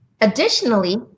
Additionally